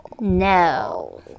no